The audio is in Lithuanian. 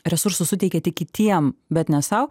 resursus suteikia tik kitiem bet ne sau